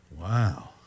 Wow